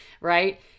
right